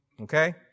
okay